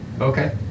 Okay